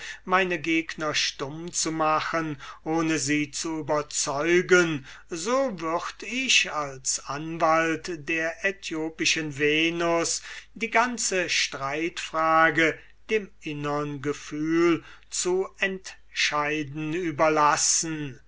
meine gegner stumm zu machen ohne sie zu überzeugen so würd ich als anwalt der äthiopischen venus die ganze streitfrage dem innern gefühl zu entscheiden überlassen